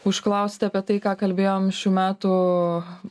užklausti apie tai ką kalbėjom šių metų